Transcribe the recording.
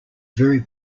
very